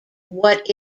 what